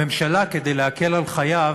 הממשלה, כדי להקל על חייו,